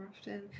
often